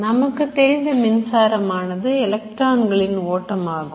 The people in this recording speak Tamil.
நமக்கு தெரிந்த மின்சாரமானது எலக்ட்ரான்களின் ஓட்டம் ஆகும்